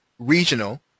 Regional